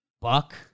Buck